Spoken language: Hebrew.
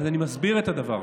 נכון.